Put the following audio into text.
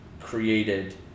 created